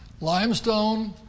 Limestone